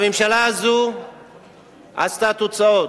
הממשלה הזאת עשתה תוצאות,